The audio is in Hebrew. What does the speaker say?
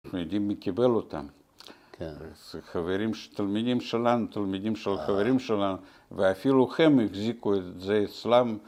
אנחנו יודעים מי קיבל אותם. ‫-כן. ‫חברים של תלמידים שלנו, ‫תלמידים של חברים שלנו, ‫ואפילו הם החזיקו את זה אצלם.